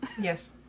Yes